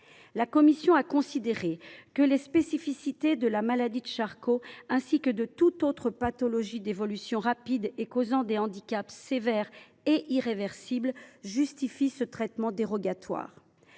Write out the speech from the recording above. La commission a considéré que les spécificités de la maladie de Charcot, ainsi que de toute autre pathologie d’évolution rapide causant des handicaps sévères et irréversibles, justifient ce traitement dérogatoire.